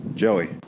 Joey